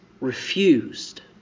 refused